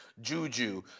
Juju